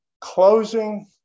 closing